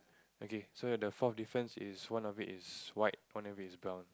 okay so the fourth difference is one of it is white one of it is brown